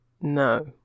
No